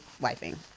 wiping